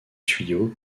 tuyaux